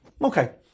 okay